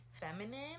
feminine